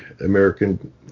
American